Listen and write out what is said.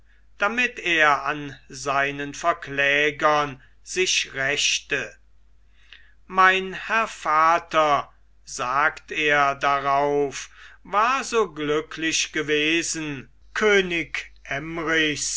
damit er an seinen verklägern sich rächte mein herr vater sagt er darauf war so glücklich gewesen könig emmrichs